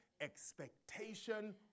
expectation